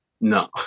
No